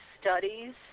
studies